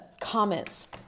comments